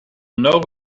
know